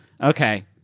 Okay